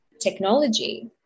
technology